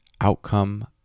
outcome